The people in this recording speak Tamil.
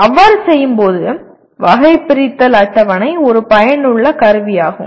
அவ்வாறு செய்யும்போது வகைபிரித்தல் அட்டவணை ஒரு பயனுள்ள கருவியாகும்